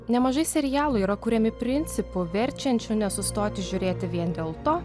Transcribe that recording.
nemažai serialų yra kuriami principu verčiančiu nesustoti žiūrėti vien dėl to